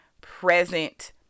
present